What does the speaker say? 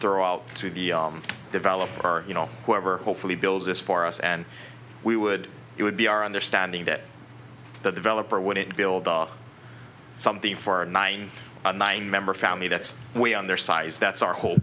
throw out to the developer are you know whoever hopefully builds this for us and we would it would be our understanding that the developer wouldn't build up something for ninety nine member family that's way on their size that's our whole